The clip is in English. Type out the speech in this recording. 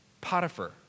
Potiphar